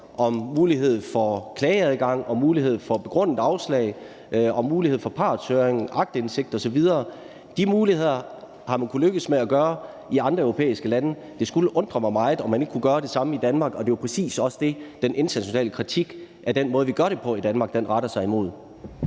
om mulighed for klageadgang og mulighed for begrundet afslag og mulighed for partshøring, aktindsigt osv. De muligheder har man kunnet lykkes med at have i andre europæiske lande. Det skulle undre mig meget, at man ikke kunne gøre det samme i Danmark, og det er præcis også det, den internationale kritik af den måde, vi gør det på i Danmark, retter sig imod.